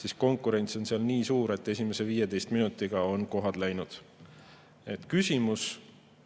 siis konkurents on nii suur, et esimese 15 minutiga on kohad läinud. Nii